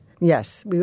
Yes